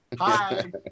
hi